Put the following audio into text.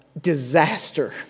Disaster